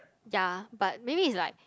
ya but maybe is like